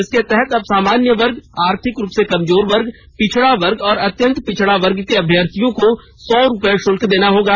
इसके तहत अब सामान्य वर्ग आर्थिक रूप से कमजोर वर्ग पिछड़ा वर्ग और अत्यंत पिछड़ा वर्ग के अभ्यर्थियों को सौ रूपये शुल्क देना होगा